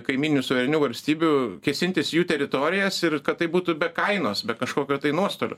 kaimyninių suverenių valstybių kėsintis į jų teritorijas ir kad tai būtų be kainos be kažkokio nuostolio